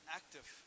active